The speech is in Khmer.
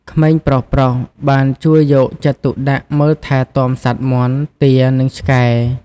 ក្មេងប្រុសៗបានជួយយកចិត្តទុកដាក់មើលថែទាំសត្វមាន់ ទា និងឆ្កែ។